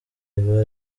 biba